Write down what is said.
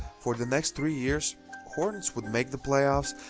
for the next three years hornets would make the playoffs,